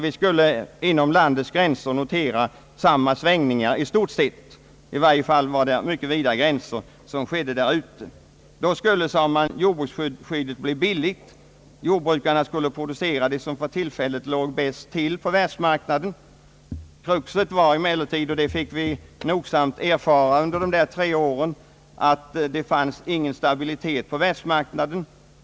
Vi skulle alltså inom landets gränser notera i stort sett samma svängningar som man har i andra länder; i varje fall var det fråga om mycket vida gränser härför. Då skulle, sade man, jordbruksskyddet bli billigt och jordbrukarna producera det som för tillfället låg bäst till på världsmarknaden. Kruxet var emellertid — det fick vi nogsamt erfara under de tre åren — att det inte rådde någon stabilitet på världsmarknaden.